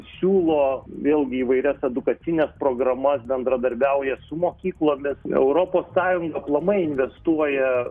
siūlo vėlgi įvairias edukacines programas bendradarbiauja su mokyklomis europos sąjunga aplamai investuoja